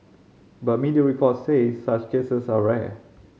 but media report say such cases are rare